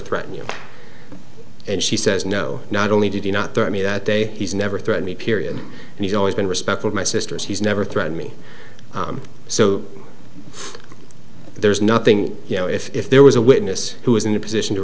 threaten you and she says no not only did he not there i mean that day he's never threaten me period and he's always been respectful of my sisters he's never threatened me so there's nothing you know if there was a witness who was in a position to